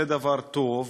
זה דבר טוב,